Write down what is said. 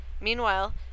Meanwhile